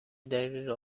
دقیق